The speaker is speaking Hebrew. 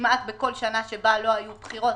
כמעט בכל שנה שבה לא היו בחירות.